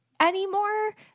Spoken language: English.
anymore